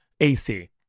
AC